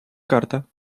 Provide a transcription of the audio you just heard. карта